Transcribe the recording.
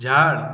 झाड